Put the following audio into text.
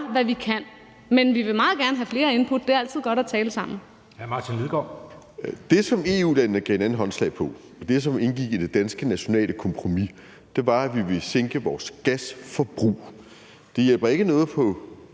hvad vi kan. Men vi vil meget gerne have flere input – det er altid godt at tale sammen.